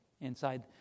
inside